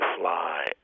fly